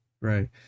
Right